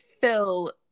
Phil